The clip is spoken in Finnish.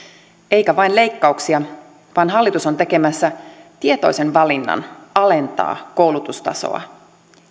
eikä vain leikkauksia vaan hallitus on tekemässä tietoisen valinnan alentaa koulutustasoa